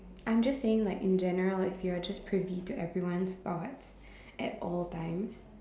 I'm just saying like in general like if you're just privy to everyone's thoughts at all times